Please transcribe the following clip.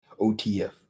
OTF